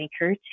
maker